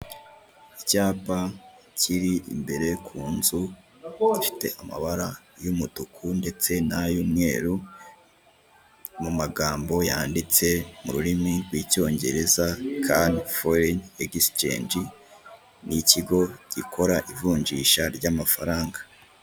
Icyapa kiri imbere ku inzu gifite amabara y'umutuku ndetse n'ayumweru mumagambo yanditse m'ururimi rw'icyongereza karesi foreni egisicenji, n'ikigo gikora ivunjisha ry'amafaranga.